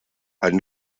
ein